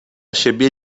siebie